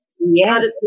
Yes